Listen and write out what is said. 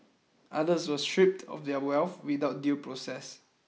others were stripped of their wealth without due process